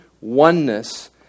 oneness